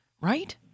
right